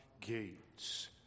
gates